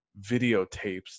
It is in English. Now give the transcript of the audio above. videotapes